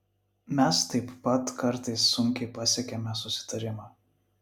mes taip pat kartais sunkiai pasiekiame susitarimą